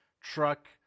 truck